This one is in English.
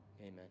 Amen